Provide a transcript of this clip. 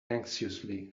anxiously